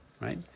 Right